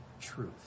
truth